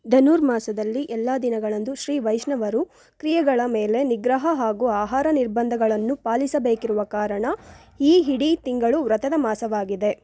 ಧನುರ್ಮಾಸದಲ್ಲಿ ಎಲ್ಲ ದಿನಗಳಂದು ಶ್ರೀ ವೈಷ್ಣವರು ಕ್ರಿಯೆಗಳ ಮೇಲೆ ನಿಗ್ರಹ ಹಾಗೂ ಆಹಾರ ನಿರ್ಬಂಧಗಳನ್ನು ಪಾಲಿಸಬೇಕಿರುವ ಕಾರಣ ಈ ಇಡೀ ತಿಂಗಳು ವ್ರತದ ಮಾಸವಾಗಿದೆ